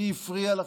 מי הפריע לכם?